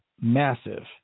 massive